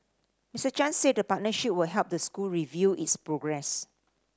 Mister Chan said the partnership would help the school review its progress